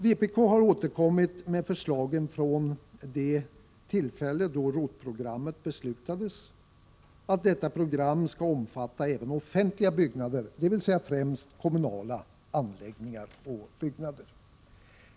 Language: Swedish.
Vpk har återkommit med förslaget från det tillfälle då ROT-programmet beslutades, nämligen att detta program skall omfatta även offentliga byggnader, dvs. ffrämst kommunala anläggningar och byggnader.